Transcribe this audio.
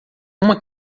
uma